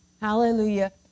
hallelujah